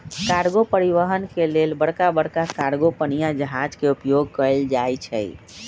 cargo परिवहन के लेल बड़का बड़का कार्गो पनिया जहाज के उपयोग कएल जाइ छइ